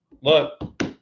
look